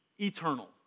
eternal